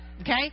Okay